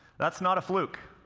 that's not a fluke.